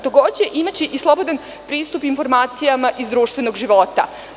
Takođe, imaće i slobodan pristup informacijama iz društvenog života.